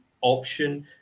option